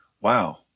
wow